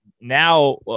now